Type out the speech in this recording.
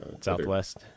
Southwest